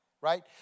right